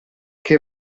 che